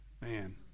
Man